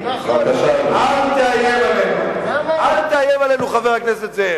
אל תאיים עלינו, חבר הכנסת זאב.